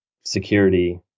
security